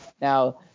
Now